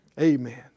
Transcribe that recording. Amen